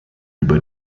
über